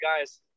guys